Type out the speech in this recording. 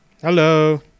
Hello